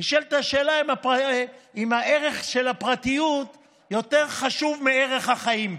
נשאלת השאלה אם ערך הפרטיות יותר חשוב מערך החיים?